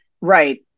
Right